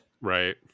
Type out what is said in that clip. Right